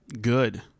good